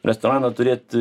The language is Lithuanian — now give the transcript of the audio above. restoraną turėti